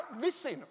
listen